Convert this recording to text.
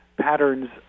patterns